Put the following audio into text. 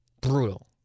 brutal